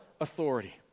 authority